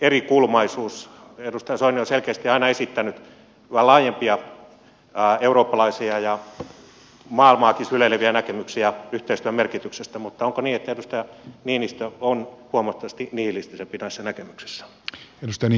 edustaja soini on selkeästi aina esittänyt vähän laajempia eurooppalaisia ja maailmaakin syleileviä näkemyksiä yhteistyön merkityksestä mutta onko niin että edustaja niinistö on huomattavasti nihilistisempi näissä näkemyksissä